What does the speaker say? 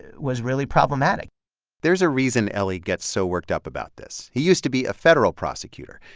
was really problematic there's a reason elie gets so worked up about this. he used to be a federal prosecutor.